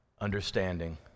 understanding